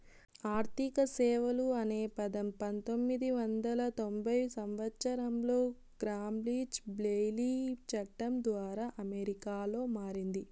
ఆర్థిక సేవలు అనే పదం పంతొమ్మిది వందల తొంభై సంవచ్చరంలో గ్రామ్ లీచ్ బ్లెయిలీ చట్టం ద్వారా అమెరికాలో మారింది